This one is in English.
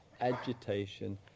agitation